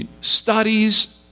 studies